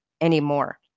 anymore